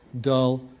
dull